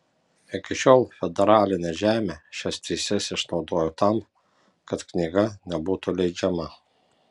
iki šiol federalinė žemė šias teises išnaudojo tam kad knyga nebūtų leidžiama